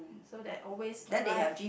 so that always arrive